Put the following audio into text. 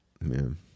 Man